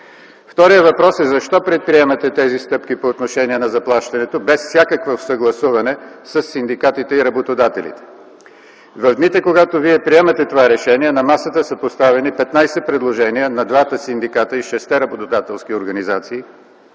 Вторият въпрос е защо предприемате тези стъпки по отношение на заплащането без всякакво съгласуване със синдикатите и работодателите? В дните, когато вие приемате това решение, на масата са поставени 15 предложения на двата синдиката и шестте работодателски организации,